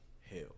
hell